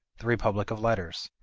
the republic of letters,